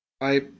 I